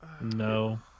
No